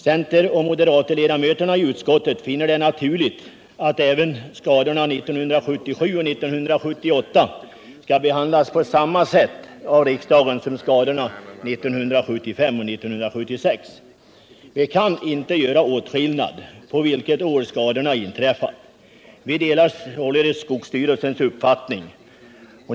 Centeroch moderatledamöterna i utskottet finner det naturligt att de skador som skett under 1977 och 1978 skall behandlas på samma sätt av riksdagen som de skador som inträffat under 1975 och 1976. Vi kan ej göra åtskillnad mellan skador som inträffat under olika år. Vi delar således skogsstyrelsens uppfattning.